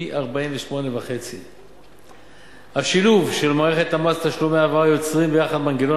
פי 48.5. השילוב של מערכת המס ותשלומי ההעברה יוצר ביחד מנגנון